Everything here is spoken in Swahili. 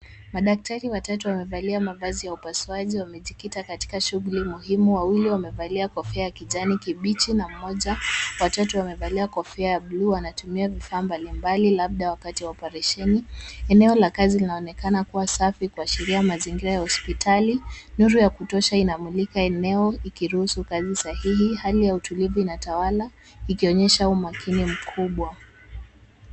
Madaktari watatu wamevalia mavazi ya upasuaji wamejikita katika shughuli muhimu. Wawili wamevalia kofia ya kijani kibichi na mmoja wa tatu amevalia kofia ya bluu anatumia vifaa mbalimbali labda wakati wa oparesheni. Eneo la kazi linaonekana kuwa safi kuashiria mazingira ya hospitali, nuru ya kutosha inamulika eneo ikiruhusu kazi sahihi. Hali ya utulivu inatawala ikionyesha umakini mkubwa.